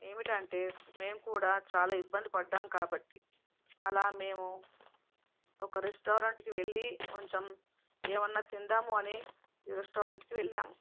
ఏమిటంటే మేము కూడా చాలా ఇబ్బంది పడ్డాం కాబట్టి అలా మేము ఒక రెస్టారెంట్కి వెళ్లి కొంచెం ఏమన్నా తిందామని రెస్టారెంట్కి వెళ్ళాము